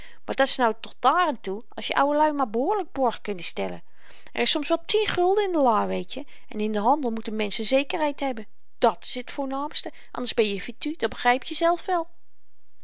maar dat's nou tot daaraan toe als je ouwelui maar behoorlyk borg kunnen stellen er is soms wel tien gulden in de lâ weetje en in den handel moet n mensch z'n zekerheid hebben dat's t voornaamste anders ben je fittu dit begryp je zelf wel